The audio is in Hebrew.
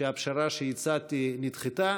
שהפשרה שהצעתי נדחתה,